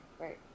right